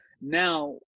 now